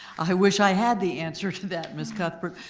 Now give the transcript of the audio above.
i wish i had the answer to that, ms. cuthbert.